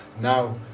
now